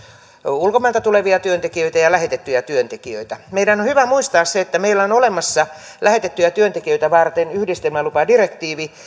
ulkomailta tulevia työntekijöitä ja ja lähetettyjä työntekijöitä meidän on hyvä muistaa se että meillä on olemassa lähetettyjä työntekijöitä varten yhdistelmälupadirektiivi